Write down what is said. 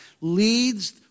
leads